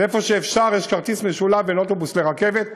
ואיפה שאפשר יש כרטיס משולב של אוטובוס ורכבת.